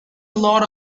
lot